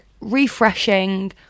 refreshing